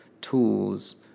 tools